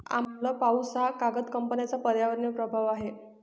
आम्ल पाऊस हा कागद कंपन्यांचा पर्यावरणीय प्रभाव आहे